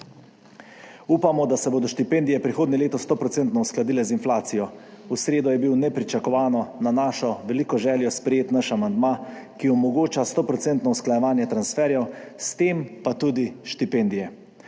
Upamo, da se bodo štipendije prihodnje leto 100-procentno uskladile z inflacijo. V sredo je bil nepričakovano na našo veliko željo sprejet naš amandma, ki omogoča 100-procentno usklajevanje transferjev, s tem pa tudi štipendije.